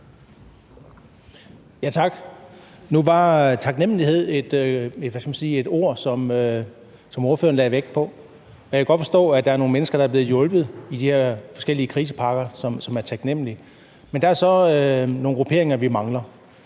Tak. Nu var taknemlighed et ord, som ordføreren lagde vægt på. Og jeg kan godt forstå, at der er nogle mennesker, som er blevet hjulpet af de her forskellige krisepakker, og som er taknemlige. Men der er så nogle grupperinger, vi mangler.